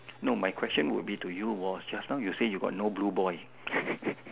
no my question would be to you was just now you say you got no blue boy